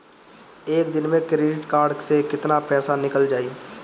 एक दिन मे क्रेडिट कार्ड से कितना पैसा निकल जाई?